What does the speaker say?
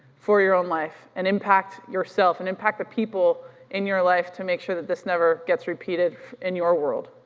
for your own life and impact yourself and impact the people in your life to make sure that this never gets repeated in your world.